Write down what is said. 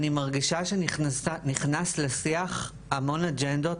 אני מרגישה שנכנסו לשיח המון אג'נדות,